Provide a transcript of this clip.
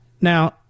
Now